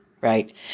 right